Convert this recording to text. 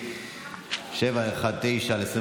פ/719/25,